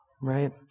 right